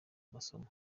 amasomo